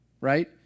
right